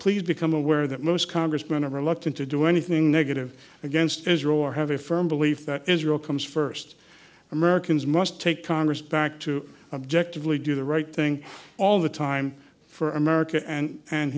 please become aware that most congressmen are reluctant to do anything negative against israel or have a firm belief that israel comes first americans must take congress back to objectively do the right thing all the time for america and and